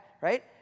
right